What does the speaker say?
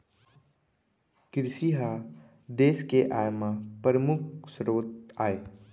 किरसी ह देस के आय म परमुख सरोत आय